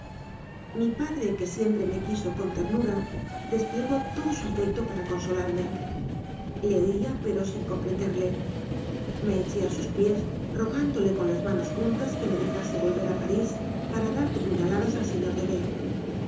mi padre que siempre me quiso con ternura desple gó todo su afecto para consolarme le oía pero sin comprenderle me eché a sus pies rogándole con las manos juntas que me dejase volver a pa rís para dar de puñaladas al señor de